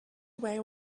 away